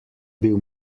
bil